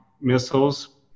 missiles